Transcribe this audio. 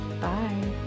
Bye